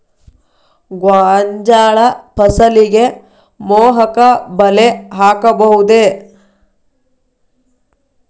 ಗೋಂಜಾಳ ಫಸಲಿಗೆ ಮೋಹಕ ಬಲೆ ಹಾಕಬಹುದೇ?